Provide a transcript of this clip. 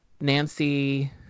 Nancy